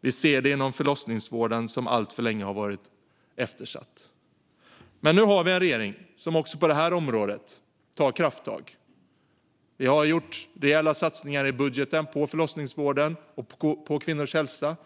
Vi ser det inom förlossningsvården, som alltför länge har varit eftersatt. Nu har vi dock en regering som också på detta område tar krafttag. Vi har i budgeten gjort rejäla satsningar på förlossningsvården och på kvinnors hälsa.